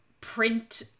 Print